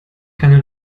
keine